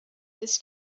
this